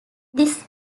this